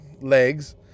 Legs